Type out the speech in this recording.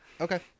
Okay